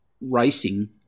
racing